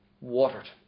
watered